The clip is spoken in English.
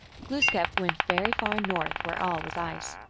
glooskap went very far north, where all was ice.